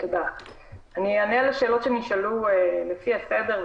אענה על השאלות שנשאלו לפי הסדר.